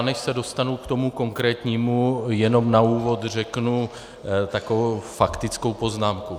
Než se dostanu k tomu konkrétnímu, jenom na úvod řeknu takovou faktickou poznámku.